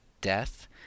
death